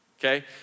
Okay